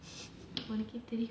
உனக்கென தெரியும்:unnakae teriyum